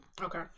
Okay